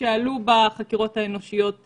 -- שעלו בחקירות האנושיות בלבד,